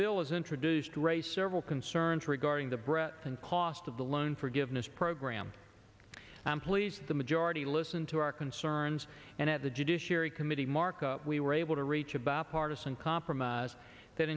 bill is introduced race several concerns regarding the breadth and cost of the loan forgiveness program and please the majority listen to our concerns and at the judiciary committee markup we were able to reach a bipartisan compromise that